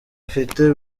afite